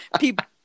people